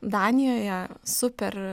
danijoje super